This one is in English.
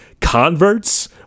Converts